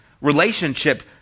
relationship